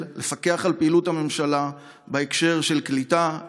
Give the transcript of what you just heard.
לפקח על פעילות הממשלה בהקשר של קליטה,